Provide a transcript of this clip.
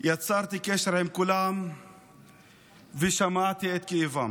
יצרתי קשר עם כולם ושמעתי את כאבם.